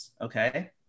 Okay